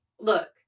look